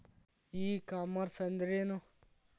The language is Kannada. ಇ ಕಾಮರ್ಸ್ ಅಂದ್ರೇನು?